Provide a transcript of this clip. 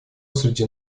среди